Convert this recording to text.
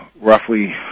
roughly